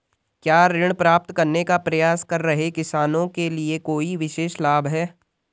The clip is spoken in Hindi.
क्या ऋण प्राप्त करने का प्रयास कर रहे किसानों के लिए कोई विशेष लाभ हैं?